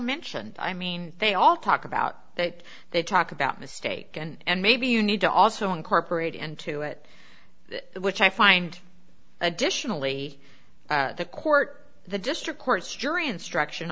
mentioned i mean they all talk about that they talk about mistake and maybe you need to also incorporate into it which i find additionally the court the district court's jury instruction